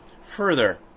further